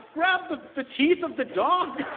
grab the the teeth of the dog